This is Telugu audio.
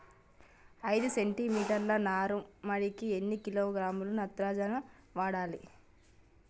ఐదు సెంటి మీటర్ల నారుమడికి ఎన్ని కిలోగ్రాముల నత్రజని వాడాలి?